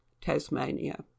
Tasmania